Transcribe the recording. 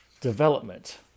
development